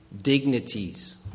Dignities